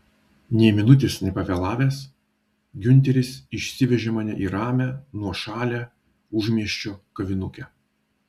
nė minutės nepavėlavęs giunteris išsivežė mane į ramią nuošalią užmiesčio kavinukę